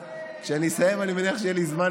כשאני אסיים אני מניח שיהיה לי זמן